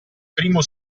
primo